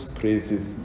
praises